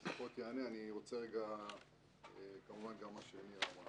אני אענה, אני רוצה רגע כמובן גם מה שיעל אמרה.